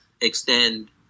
extend